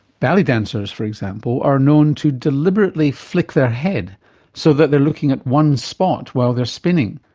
ballet dancers for example are known to deliberately flick their head so that they're looking at one spot while they're spinning.